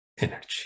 energy